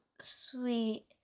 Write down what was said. sweet